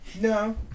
No